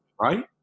right